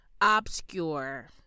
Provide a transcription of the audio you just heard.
Obscure